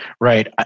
Right